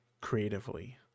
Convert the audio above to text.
creatively